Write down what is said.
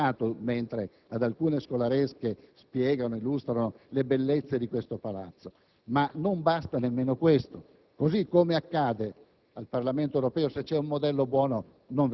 Il personale è molto bravo; io l'ho ascoltato mentre ad alcune scolaresche spiega ed illustra le bellezze di questo palazzo. Ma non basta nemmeno questo. Così come accade